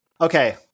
Okay